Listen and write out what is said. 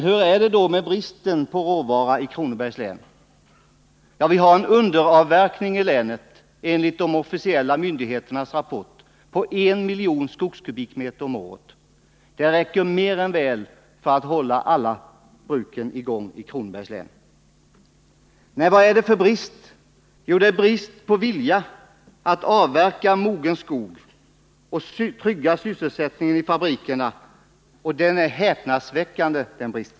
Hur är det då med bristen på råvara i Kronobergs län? Vi har enligt de officiella myndigheternas rapporter en underavverkning i länet på en miljon skogskubikmeter om året. Det räcker mer än väl för att hålla alla bruken i gång i Kronobergs län. Vad är det då brist på? Jo, det är brist på vilja att avverka mogen skog och s vid en rad tillfällen när det har varit tal om trygga sysselsättningen i fabrikerna. Och denna brist är häpnadsväckande.